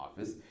office